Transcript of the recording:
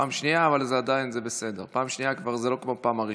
פעם שנייה זה לא כמו פעם ראשונה.